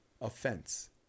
offense